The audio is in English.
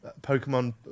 Pokemon